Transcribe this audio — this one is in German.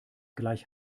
gleich